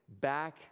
back